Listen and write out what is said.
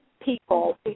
people